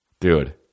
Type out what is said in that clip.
Dude